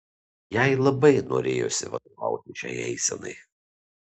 jai labai norėjosi vadovauti šiai eisenai